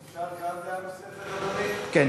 אפשר גם דעה נוספת, אדוני?